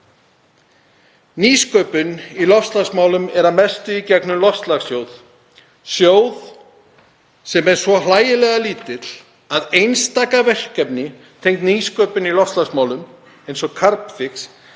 Nýsköpun í loftslagsmálum er að mestu í gegnum loftslagssjóð, sjóð sem er svo hlægilega lítill að einstaka verkefni tengd nýsköpun í loftslagsmálum, eins og Carbfix,